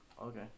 Okay